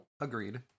agreed